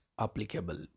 applicable